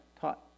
taught